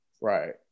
Right